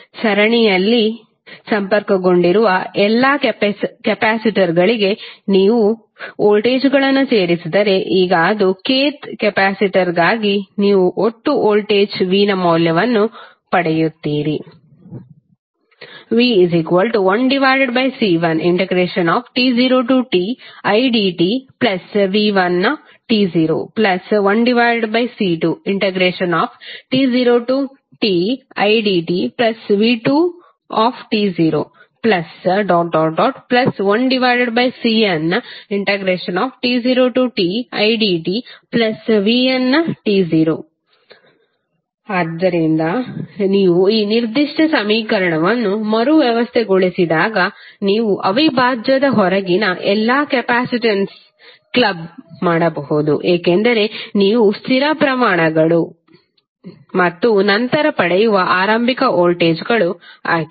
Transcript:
ಸರಣಿಯಲ್ಲಿ ಸಂಪರ್ಕಗೊಂಡಿರುವ ಎಲ್ಲಾ ಕೆಪಾಸಿಟರ್ಗಳಿಗೆ ನೀವು ವೋಲ್ಟೇಜ್ಗಳನ್ನು ಸೇರಿಸಿದರೆ ಈಗ ಇದು kth ಕೆಪಾಸಿಟರ್ಗಾಗಿ ನೀವು ಒಟ್ಟು ವೋಲ್ಟೇಜ್ v ನ ಮೌಲ್ಯವನ್ನು ಪಡೆಯುತ್ತೀರಿ v1C1t0tidtv11C2t0tidtv21Cnt0tidtvn ಆದ್ದರಿಂದ ನೀವು ಈ ನಿರ್ದಿಷ್ಟ ಸಮೀಕರಣವನ್ನು ಮರು ವ್ಯವಸ್ಥೆಗೊಳಿಸಿದಾಗ ನೀವು ಅವಿಭಾಜ್ಯದ ಹೊರಗಿನ ಎಲ್ಲಾ ಕೆಪಾಸಿಟನ್ಸ್ಗಳನ್ನು ಕ್ಲಬ್ ಮಾಡಬಹುದು ಏಕೆಂದರೆ ಇವು ಸ್ಥಿರ ಪ್ರಮಾಣಗಳು ಮತ್ತು ನಂತರ ಪಡೆಯುವ ಆರಂಭಿಕ ವೋಲ್ಟೇಜ್ಗಳು ಆಗಿದೆ